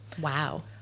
Wow